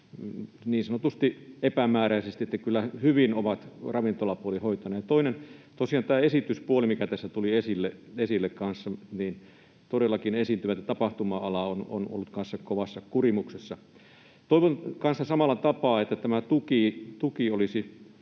niin sanotusti epämääräisesti. Että kyllä hyvin on ravintolapuoli hoitanut. Toinen on tosiaan tämä esityspuoli, mikä tässä tuli esille kanssa. Todellakin esiintyjät ja tapahtuma-ala ovat olleet kanssa kovassa kurimuksessa. Toivon kanssa samalla tapaa, että tämä tuki olisi